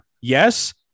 Yes